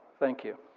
thank you.